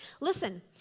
listen